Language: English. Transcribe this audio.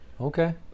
Okay